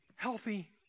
Healthy